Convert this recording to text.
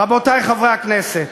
רבותי חברי הכנסת,